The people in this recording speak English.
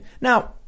Now